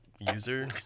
user